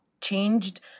changed